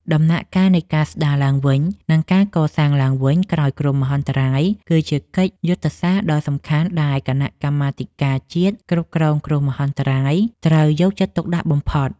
ដំណាក់កាលនៃការស្ដារឡើងវិញ និងការកសាងឡើងវិញក្រោយគ្រោះមហន្តរាយ គឺជាកិច្ចការយុទ្ធសាស្ត្រដ៏សំខាន់ដែលគណៈកម្មាធិការជាតិគ្រប់គ្រងគ្រោះមហន្តរាយត្រូវយកចិត្តទុកដាក់បំផុត។